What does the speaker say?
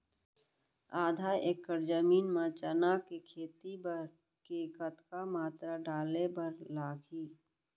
आधा एकड़ जमीन मा चना के खेती बर के कतका मात्रा डाले बर लागही?